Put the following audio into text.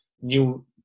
new